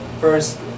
first